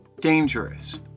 dangerous